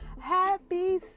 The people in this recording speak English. happy